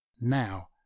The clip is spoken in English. now